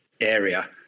area